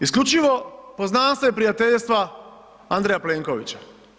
Isključivo poznanstva i prijateljstva Andreja Plenkovića.